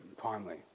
timely